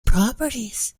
properties